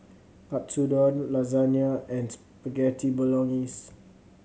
Katsudon Lasagna and Spaghetti Bolognese